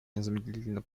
незамедлительно